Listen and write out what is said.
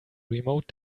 remote